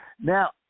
now